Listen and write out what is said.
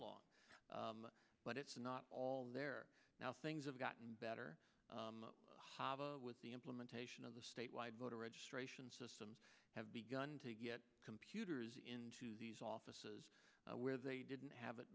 long but it's not all there now things have gotten better with the implementation of the statewide voter registration systems have begun to get computers into these offices where they didn't have it